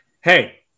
Hey